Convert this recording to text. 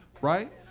right